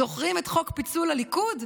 זוכרים את חוק פיצול הליכוד?